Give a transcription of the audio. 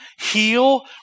heal